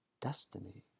Destiny